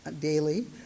daily